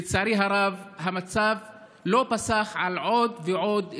לצערי הרב, המצב לא פסח על עוד ועוד כפרים.